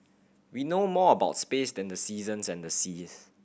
we know more about space than the seasons and the seas